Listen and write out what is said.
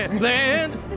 land